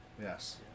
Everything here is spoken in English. Yes